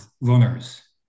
runners